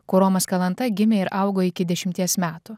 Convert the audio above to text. kur romas kalanta gimė ir augo iki dešimties metų